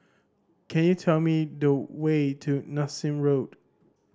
can you tell me the way to Nassim Road